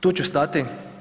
Tu ću stati.